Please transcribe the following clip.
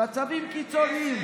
מצבים קיצוניים.